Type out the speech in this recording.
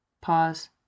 Pause